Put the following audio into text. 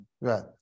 Right